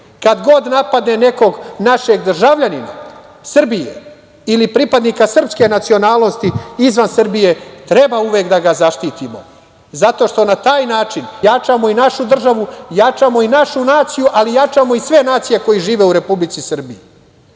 Kada god napadne nekog našeg državljanina Srbije ili pripadnika srpske nacionalnosti izvan Srbije, treba uvek da ga zaštitimo, zato što na taj način jačamo i našu državu, jačamo i našu naciju, ali jačamo i sve nacije koje žive u Republici Srbiji. Da